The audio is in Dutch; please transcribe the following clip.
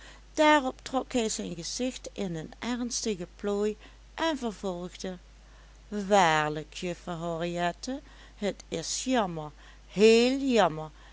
daarop trok hij zijn gezicht in een ernstige plooi en vervolgde waarlijk juffrouw henriette het is jammer heel jammer